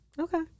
Okay